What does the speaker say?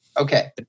Okay